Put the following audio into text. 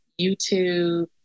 YouTube